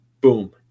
Boom